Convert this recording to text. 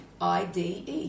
IDE